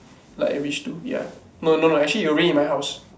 like I wish to ya no no no actually it will rain in my house